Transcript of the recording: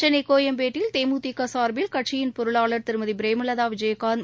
சென்னைகோயம்பேட்டில் தேமுதிகசார்பில் கட்சியின் பொருளாளர் திருமதிபிரேமலதாவிஜயகாந்த்